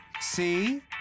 See